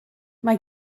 mae